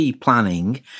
planning